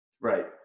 Right